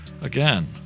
Again